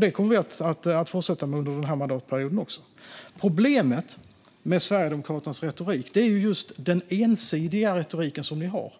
Detta kommer vi att fortsätta med under den här mandatperioden också. Problemet med Sverigedemokraternas retorik är just den ensidiga retorik ni har.